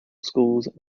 schools